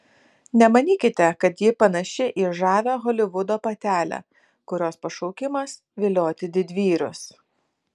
nemanykite kad ji panaši į žavią holivudo patelę kurios pašaukimas vilioti didvyrius